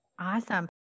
Awesome